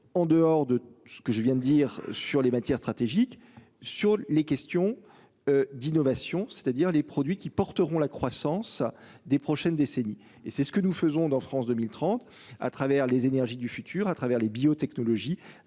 En dehors de ce que je viens de dire sur les matières stratégiques sur les questions. D'innovation, c'est-à-dire les produits qui porteront la croissance des prochaines décennies et c'est ce que nous faisons dans France 2030 à travers les énergies du futur à travers les biotechnologies